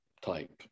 type